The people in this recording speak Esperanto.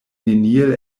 neniel